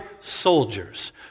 soldiers